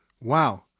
Wow